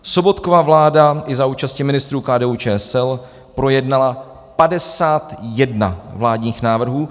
Sobotkova vláda i za účasti ministrů KDUČSL projednala 51 vládních návrhů.